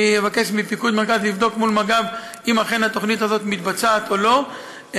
אני אבקש מפיקוד מרכז לבדוק מול מג"ב אם אכן התוכנית הזאת מתבצעת או לא,